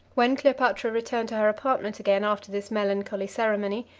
when cleopatra returned to her apartment again after this melancholy ceremony,